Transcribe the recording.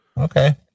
Okay